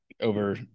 over